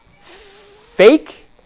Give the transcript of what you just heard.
fake